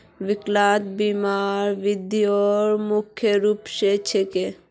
विकलांगता बीमा दिव्यांगेर मुख्य रूप स छिके